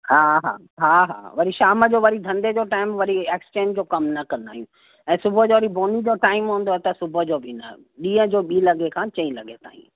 हा हा हा हा वरी शाम जो वरी धंधे जो टाइम वरी एक्सचेंज जो कमु न कंदा आहियूं ऐं सुबुह जो वरी बोनी जो टाइम हूंदो आहे त सुबुह जो बि न ॾींहं जो ॿी लॻे खां चईं लॻे ताईं